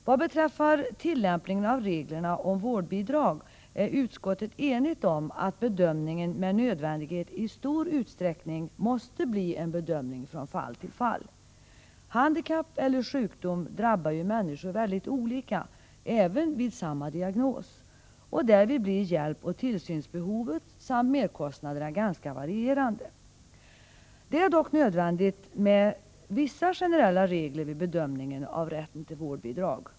Vad beträffar tillämpningen av reglerna om vårdbidrag är utskottet enigt om att bedömningen med nödvändighet i stor utsträckning måste ske från fall till fall. Handikapp eller sjukdom drabbar ju människor väldigt olika, även vid samma diagnos, och därvid blir hjälpoch tillsynsbehovet samt merkostnaderna ganska varierande. Det är dock nödvändigt med vissa generella regler vid bedömningen av rätten till vårdbidrag.